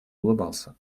улыбался